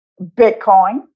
Bitcoin